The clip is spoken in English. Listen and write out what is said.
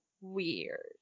weird